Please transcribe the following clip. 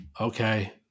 Okay